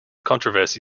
controversy